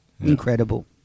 Incredible